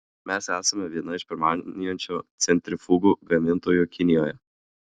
mes esame viena iš pirmaujančių centrifugų gamintojų kinijoje